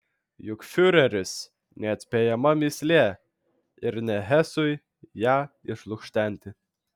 juk fiureris neatspėjama mįslė ir ne hesui ją išlukštenti